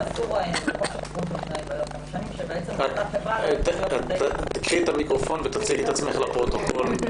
שאסור להם להפלות --- קחי את המיקרופון ותציגי את עצמך לפרוטוקול.